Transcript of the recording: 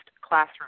classroom